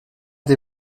des